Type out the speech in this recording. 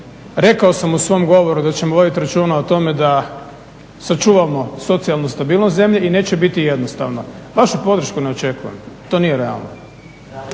Rekao sam u svom govoru da ćemo voditi računa o tome da sačuvamo socijalnu stabilnost zemlje i neće biti jednostavno. Vašu podršku ne očekuje, to nije realno.